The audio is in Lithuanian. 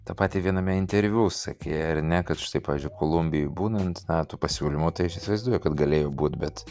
tą pati viename interviu sakei ar ne kad štai pavyzdžiui kolumbijoj būnant na tų pasiūlymų tai aš įsivaizduoju kad galėjo būt bet